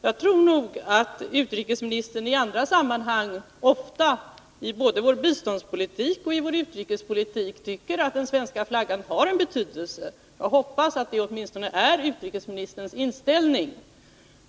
Jag tror nog att utrikesministern ofta i andra sammanhang, i både vår biståndspolitik och vår utrikespolitik, tycker att den svenska flaggan har en betydelse. Jag hoppas att det åtminstone är utrikesministerns inställning.